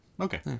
Okay